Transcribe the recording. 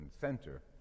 center